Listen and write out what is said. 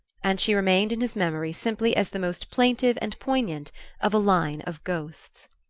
and she remained in his memory simply as the most plaintive and poignant of a line of ghosts.